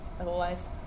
otherwise